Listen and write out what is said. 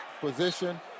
position